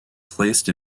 placed